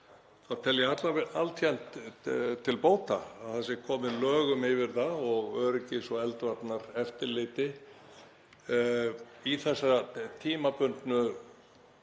þá tel ég altént til bóta að það sé komið lögum yfir það og öryggis- og eldvarnareftirliti í þessa tímabundnu